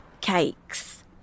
cakes